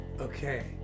Okay